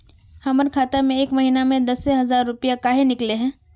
हमर खाता में एक महीना में दसे हजार रुपया काहे निकले है?